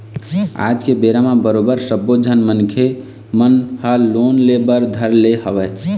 आज के बेरा म बरोबर सब्बो झन मनखे मन ह लोन ले बर धर ले हवय